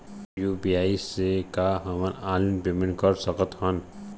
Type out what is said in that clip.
UPI से का हमन ऑनलाइन पेमेंट कर सकत हन?